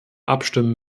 abstimmen